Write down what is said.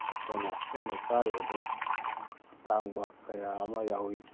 ꯃꯈꯣꯏꯅ ꯁꯦꯠꯅ ꯆꯥꯔꯤꯕ ꯑꯗꯨ ꯑꯇꯥꯡꯕ ꯀꯌꯥ ꯑꯃ ꯌꯥꯎꯋꯤ